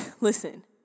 listen